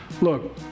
Look